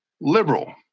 liberal